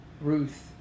Ruth